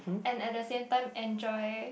and at the same time enjoy